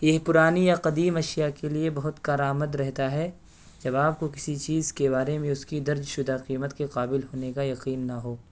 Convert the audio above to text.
یہ پرانی یا قدیم اشیا کے لیے بہت کارآمد رہتا ہے جب آپ کو کسی چیز کے بارے میں اس کی درج شدہ قیمت کے قابل ہونے کا یقین نہ ہو